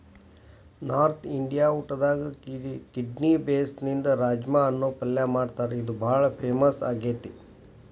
north Indian ಊಟದಾಗ kidney ಬೇನ್ಸ್ನಿಂದ ರಾಜ್ಮಾ ಅನ್ನೋ ಪಲ್ಯ ಮಾಡ್ತಾರ ಇದು ಬಾಳ ಫೇಮಸ್ ಆಗೇತಿ